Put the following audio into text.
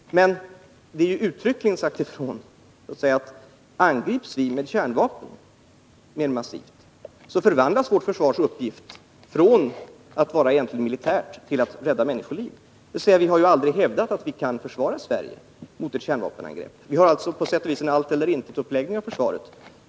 Men det har uttryckligen sagts ifrån att angrips vi mer massivt med kärnvapen så förvandlas vår försvarsuppgift från att vara egentligen militär till att rädda människoliv — vi har aldrig hävdat att vi kan försvara Sverige mot kärnvapenangrepp. På sätt och vis har vi alltså en allt-eller-intet-uppläggning av försvaret.